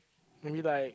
maybe like